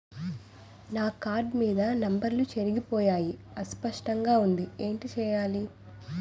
నా కార్డ్ మీద నంబర్లు చెరిగిపోయాయి అస్పష్టంగా వుంది ఏంటి చేయాలి?